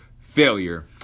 failure